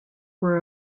were